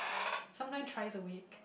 sometime thrice a week